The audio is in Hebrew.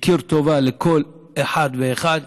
מכיר טובה לכל אחד ואחד.